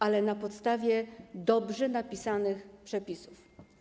Ale na podstawie dobrze napisanych przepisów.